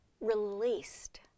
released